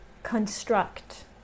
construct